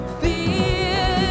fear